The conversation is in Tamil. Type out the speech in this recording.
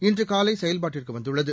இன்றுகாலைசெயல்பாட்டுக்குவந்துள்ளது